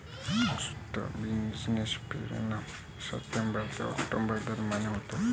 विस्तृत बीन्सची पेरणी सप्टेंबर ते ऑक्टोबर दरम्यान होते